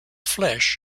flesh